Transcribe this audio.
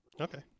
Okay